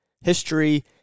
history